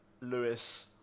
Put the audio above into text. Lewis